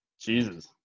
Jesus